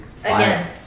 Again